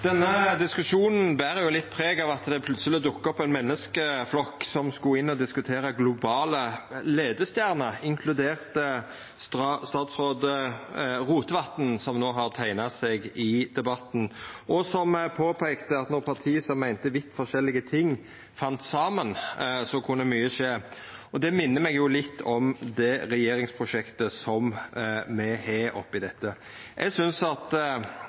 Denne diskusjonen ber litt preg av at det skulle dukke opp ein menneskeflokk som skulle inn og diskutera globale leiestjerner, inkludert statsråd Rotevatn, som no har teikna seg i debatten, og som påpeikte at når parti som meinte litt forskjellige ting, fann saman, så kunne mykje skje. Det minner meg litt om det regjeringsprosjektet me har oppi dette. Eg synest at